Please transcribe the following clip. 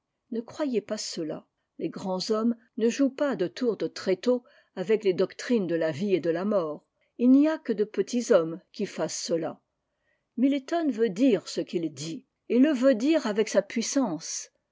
ne croyez pas cela les grands hommes ne jouent pas de tours de tréteaux avec les doctrines de la vie et de la mort il n'y a que de petits hommes qui fassent cela milton veut dire ce qu'il dit et le veut dire avec sa puissance